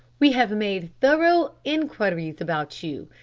we have made thorough inquiries about you,